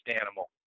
animal